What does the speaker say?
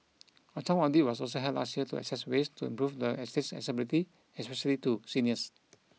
a town audit was also held last year to assess ways to improve the estate's accessibility especially to seniors